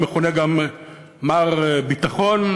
המכונה גם מר ביטחון,